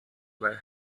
were